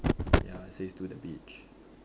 ya it says to the beach